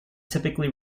typically